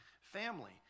family